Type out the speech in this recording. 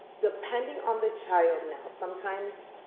depending on the child now sometimes,